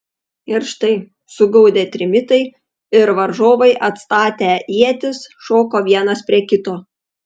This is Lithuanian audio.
ir štai sugaudė trimitai ir varžovai atstatę ietis šoko vienas prie kito